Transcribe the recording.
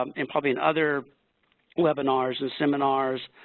um and probably in other webinars and seminars,